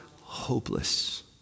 hopeless